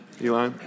Eli